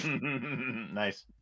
Nice